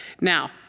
Now